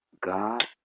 God